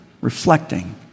reflecting